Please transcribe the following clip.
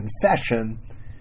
confession